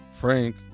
Frank